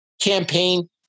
campaign